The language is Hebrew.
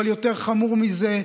אבל יותר חמור מזה,